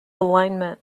alignment